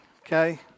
okay